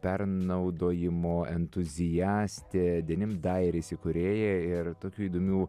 pernaudojimo entuziastė dienim dajeris įkūrėja ir tokių įdomių